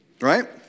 Right